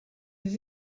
des